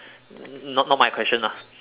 not not my question lah